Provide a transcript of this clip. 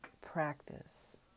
practice